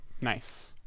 Nice